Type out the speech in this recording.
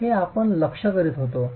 तर आपण हे लक्ष्य करीत होतो